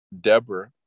Deborah